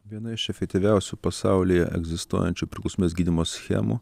viena iš efektyviausių pasaulyje egzistuojančių priklausomybės gydymo schemų